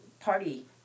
party